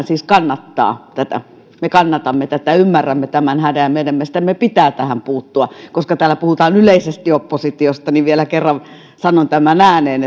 siis kannattaa tätä me kannatamme tätä ja ymmärrämme tämän hädän ja meidän mielestämme pitää tähän puuttua koska täällä puhutaan yleisesti oppositiosta niin vielä kerran sanon tämän ääneen